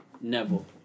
Neville